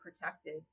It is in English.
protected